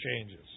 changes